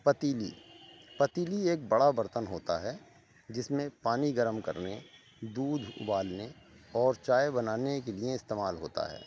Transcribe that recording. پتیلی پتیلی ایک بڑا برتن ہوتا ہے جس میں پانی گرم کرنے دودھ ابالنے اور چائے بنانے کے لیے استعمال ہوتا ہے